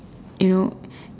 you know